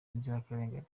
b’inzirakarengane